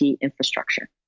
infrastructure